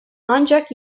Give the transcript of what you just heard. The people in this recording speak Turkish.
ancak